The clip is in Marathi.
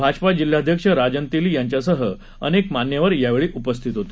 भाजपा जिल्हाध्यक्ष राजन तेली यांच्यासह अनेक मान्यवर यावेळी उपस्थित होते